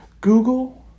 Google